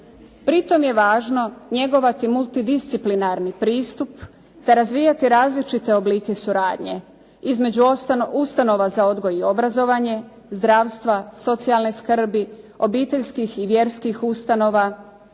Pri tom je važno njegovati multidisciplinarni pristup te razvijati različite oblike suradnje između ustanova za odgoj i obrazovanje, zdravstva, socijalne skrbi, obiteljskih i vjerskih ustanova,